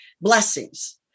blessings